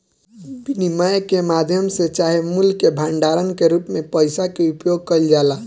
विनिमय के माध्यम चाहे मूल्य के भंडारण के रूप में पइसा के उपयोग कईल जाला